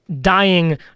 dying